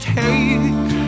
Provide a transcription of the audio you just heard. take